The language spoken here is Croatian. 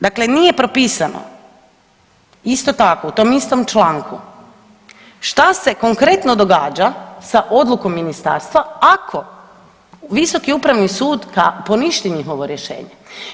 Dakle, nije propisano isto tako u tom istom članku šta se konkretno događa sa odlukom ministarstva ako Visoki upravni sud poništi njihovo rješenje.